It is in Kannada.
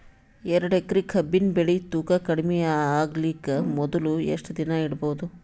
ಎರಡೇಕರಿ ಕಬ್ಬಿನ್ ಬೆಳಿ ತೂಕ ಕಡಿಮೆ ಆಗಲಿಕ ಮೊದಲು ಎಷ್ಟ ದಿನ ಇಡಬಹುದು?